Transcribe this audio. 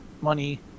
money